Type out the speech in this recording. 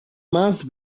must